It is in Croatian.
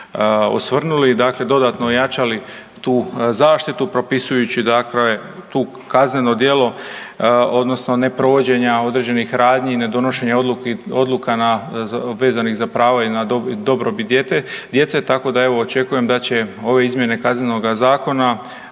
osvrnuli, dakle, dodatno ojačali tu zaštitu, propisujući dakle tu kazneno djelo odnosno neprovođenja određenih radnji i nedonošenja odluka na vezanih za prava i dobrobit djece, tako da evo, očekujem da će ove izmjene Kaznenoga zakona